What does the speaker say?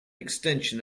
extension